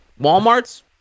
walmart's